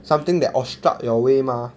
something that obstruct your way mah